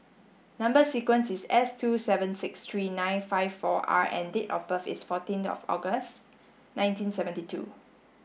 number sequence is S two seven six three nine five four R and date of birth is fourteenth of August nineteen seventy two